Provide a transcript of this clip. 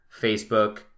Facebook